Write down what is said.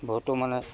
বহুতো মানে